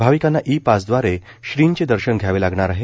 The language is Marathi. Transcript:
भविकांना ई पासद्वारे श्रींचे दर्शन घ्यावे लागणार आहे